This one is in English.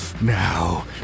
now